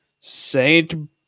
Saint